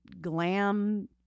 glam